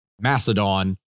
Macedon